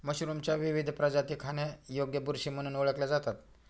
मशरूमच्या विविध प्रजाती खाण्यायोग्य बुरशी म्हणून ओळखल्या जातात